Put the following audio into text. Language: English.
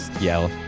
yell